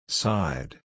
side